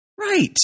Right